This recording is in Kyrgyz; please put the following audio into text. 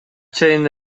чейин